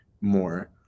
more